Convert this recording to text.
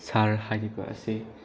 ꯁꯍꯔ ꯍꯥꯏꯔꯤꯕ ꯑꯁꯤ